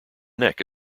neck